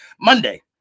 Monday